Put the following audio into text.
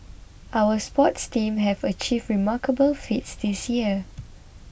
our sports teams have achieved remarkable feats this year